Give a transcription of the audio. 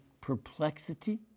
perplexity